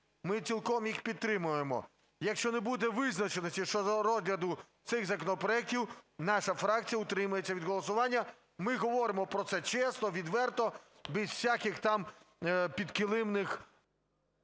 Ми цілком їх підтримуємо. Якщо не буде визначеності щодо розгляду цих законопроектів, наша фракція утримається від голосування. Ми говоримо про це чесно, відверто, без всяких там підкилимних…